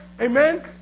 amen